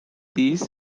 these